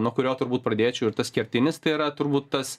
nuo kurio turbūt pradėčiau ir tas kertinis tai yra turbūt tas